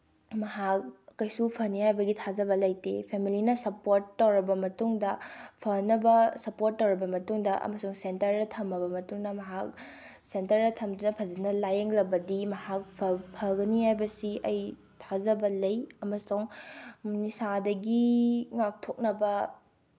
ꯃꯍꯥꯛ ꯀꯩꯁꯨ ꯐꯅꯤ ꯍꯥꯏꯕꯒꯤ ꯊꯥꯖꯕ ꯂꯩꯇꯦ ꯐꯦꯃꯤꯂꯤꯅ ꯁꯄꯣꯔꯠ ꯇꯧꯔꯕ ꯃꯇꯨꯡꯗ ꯐꯅꯕ ꯁꯄꯣꯔꯠ ꯇꯧꯔꯕ ꯃꯇꯨꯡꯗ ꯑꯃꯁꯨꯡ ꯁꯦꯟꯇꯔꯗ ꯊꯝꯃꯕ ꯃꯇꯨꯡꯗ ꯃꯍꯥꯛ ꯁꯦꯟꯇꯔꯗ ꯊꯝꯗꯨꯅ ꯐꯖꯅ ꯂꯥꯏꯌꯦꯡꯂꯕꯗꯤ ꯃꯍꯥꯛ ꯐꯒꯅꯤ ꯍꯥꯏꯕꯁꯤ ꯑꯩ ꯊꯥꯖꯕ ꯂꯩ ꯑꯃꯁꯨꯡ ꯅꯤꯁꯥꯗꯒꯤ ꯉꯥꯛꯊꯣꯛꯅꯕ